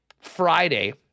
Friday